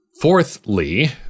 Fourthly